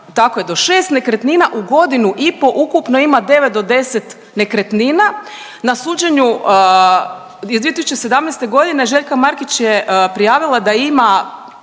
tako je do 6 nekretnina u godinu i po, ukupno ima 9 do 10 nekretnina. Na suđenju iz 2017. godine Željka Markić je prijavila da ima